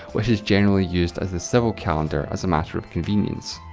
which is generally used as the civil calendar, as a matter of convenience.